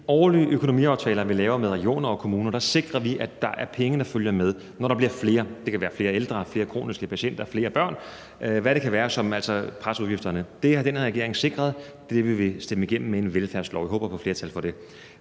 årlige økonomiaftaler, vi laver med regioner og kommuner, sikrer vi, at der er penge, der følger med, når der bliver, det kan være flere ældre, flere kroniske patienter, flere børn, og hvad det kan være, som altså presser udgifterne. Det har den her regering sikret, og det vil vi stemme igennem med en velfærdslov, og jeg håber på et flertal for det.